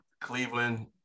Cleveland